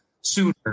sooner